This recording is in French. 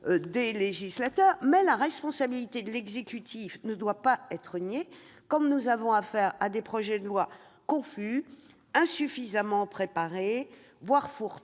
d'amendements, la responsabilité de l'exécutif ne doit pas être niée, car nous avons affaire à des projets de loi confus, insuffisamment préparés, voire fourre-tout